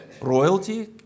royalty